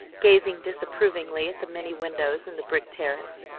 gazing disapprovingly at the many windows and the brick terrace.